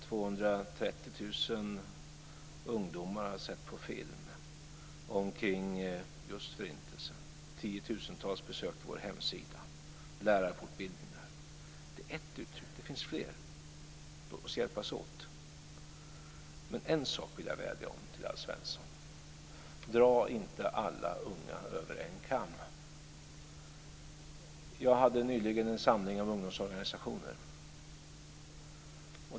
230 000 ungdomar har sett på film omkring just Förintelsen, tiotusentals besök på vår hemsida, lärarfortbildning. Det är ett uttryck, det finns fler. Låt oss hjälpas åt. En sak vill jag vädja om till Alf Svensson: Dra inte alla unga över en kam. Jag hade nyligen en samling av ungdomsorganisationer.